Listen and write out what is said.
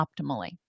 optimally